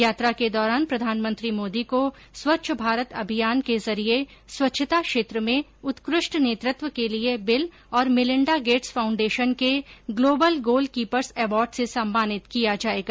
यात्रा के दौरान प्रधानमंत्री मोदी को स्वच्छ भारत अभियान के जरिए स्वच्छता क्षेत्र में उत्कृष्ट नेतृत्व के लिए बिल और मिलिंडा गेट्स फाउंडेशन के ग्लोबल गोलकीपर्स अवार्ड से सम्मानित किया जाएगा